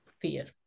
fear